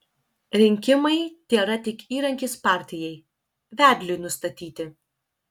rinkimai tėra tik įrankis partijai vedliui nustatyti